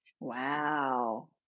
Wow